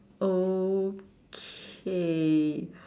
okay